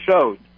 showed